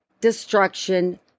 destruction